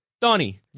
Donnie